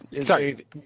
Sorry